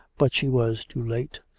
but she was too late.